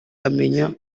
amenya